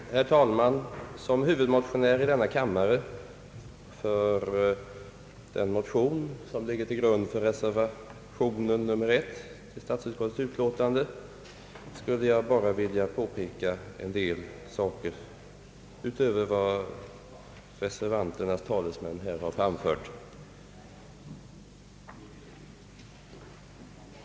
Herr talman! Som huvudmotionär i denna kammare för den motion som ligger till grund för reservationen nr 1 till statsutskottets utlåtande skulle jag bara vilja påpeka en del saker utöver vad reservanternas talesmän här har anfört.